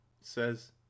Says